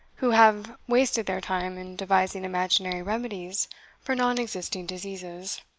who have wasted their time in devising imaginary remedies for non-existing diseases